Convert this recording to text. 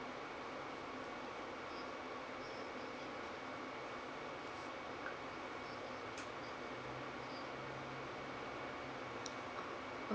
mm